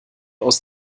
aus